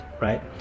right